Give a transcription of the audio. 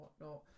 whatnot